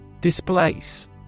Displace